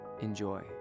Enjoy